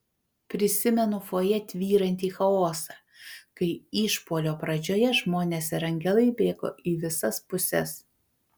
prisimenu fojė tvyrantį chaosą kai išpuolio pradžioje žmonės ir angelai bėgo į visas puses